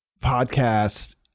podcast